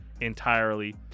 entirely